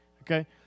Okay